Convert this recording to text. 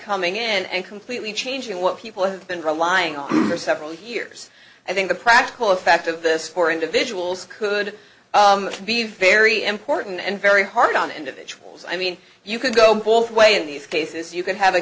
coming in and completely changing what people have been relying on for several years i think the practical effect of this for individuals could be very important and very hard on individuals i mean you could go both way in these cases you could have a